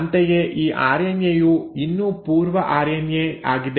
ಅಂತೆಯೇ ಈ ಆರ್ಎನ್ಎ ಯು ಇನ್ನೂ ಪೂರ್ವ ಆರ್ಎನ್ಎ ಆಗಿದೆ